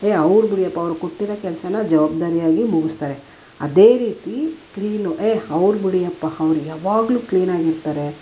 ಏಯ್ ಅವ್ರು ಬಿಡಿಯಪ್ಪ ಅವರು ಕೊಟ್ಟಿರೋ ಕೆಲ್ಸಾನ ಜವಾಬ್ದಾರಿಯಾಗಿ ಮುಗಿಸ್ತಾರೆ ಅದೇ ರೀತಿ ಕ್ಲೀನು ಏ ಅವ್ರು ಬಿಡಿಯಪ್ಪಾ ಅವ್ರು ಯವಾಗಲೂ ಕ್ಲೀನಾಗಿರ್ತಾರೆ